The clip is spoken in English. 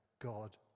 God